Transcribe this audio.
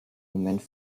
moment